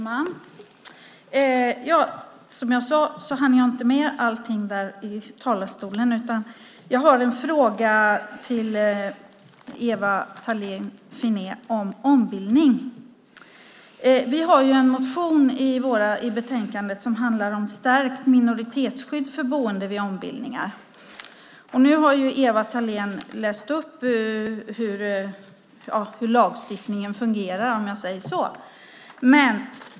Herr talman! Som jag tidigare sade hann jag inte med att säga allt i talarstolen. Jag har en fråga till Ewa Thalén Finné om ombildning. Vi har en motion i betänkandet som handlar om stärkt minoritetsskydd för boende vid ombildningar. Nu har Ewa Thalén Finné läst upp hur lagstiftningen fungerar.